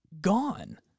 gone